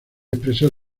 expresar